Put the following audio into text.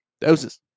Doses